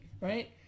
right